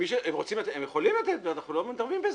הם יכולים לתת, אנחנו לא מתערבים בזה.